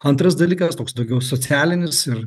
antras dalykas toks daugiau socialinis ir